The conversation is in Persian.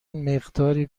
مقداری